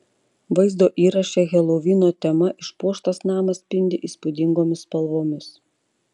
vaizdo įraše helovino tema išpuoštas namas spindi įspūdingomis spalvomis